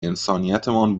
انسانیتمان